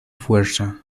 fuerza